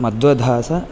Madhvadas